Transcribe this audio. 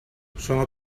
sono